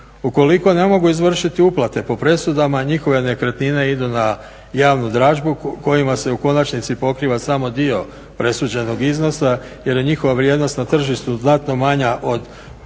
Ukoliko ne mogu izvršiti uplate, po presudama njihove nekretnine idu na javnu dražbu kojima se u konačnici pokriva samo dio presuđenog iznosa jer je njihova vrijednost na tržištu znatno manja od presuđenih